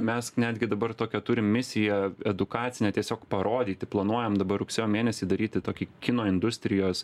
mes netgi dabar tokią turim misiją edukacinę tiesiog parodyti planuojam dabar rugsėjo mėnesį daryti tokį kino industrijos